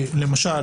למשל,